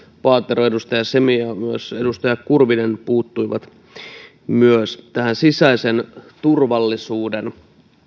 paatero edustaja semi ja myös edustaja kurvinen puuttui myös sisäisen turvallisuuden